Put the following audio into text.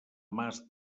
mas